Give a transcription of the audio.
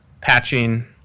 patching